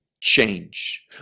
change